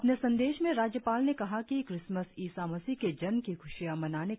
अपने संदेश मे राज्यपाल ने कहा कि क्रिसमस ईसा मसीह के जन्म की ख्शियां मनाने का दिन है